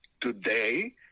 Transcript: today